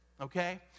okay